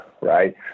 right